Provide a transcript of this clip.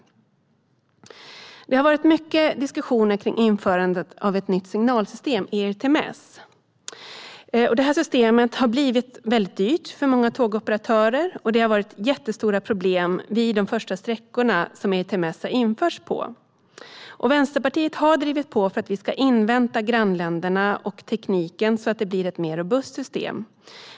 Det har varit många diskussioner om införandet av det nya signalsystemet ERTMS. Systemet har blivit dyrt för många tågoperatörer, och det har varit stora problem på de första sträckorna som ERTMS har införts på. Vänsterpartiet har drivit på för att vi ska invänta grannländerna och tekniken så att det blir ett mer robust system.